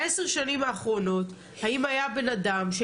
בעשר שנים האחרונות האם היה בן אדם,